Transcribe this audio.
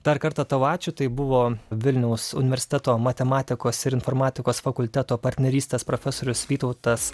dar kartą tau ačiū tai buvo vilniaus universiteto matematikos ir informatikos fakulteto partnerystės profesorius vytautas